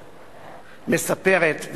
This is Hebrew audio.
מספרת,